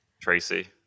Tracy